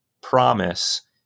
promise